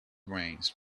brains